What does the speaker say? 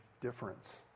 difference